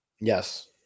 yes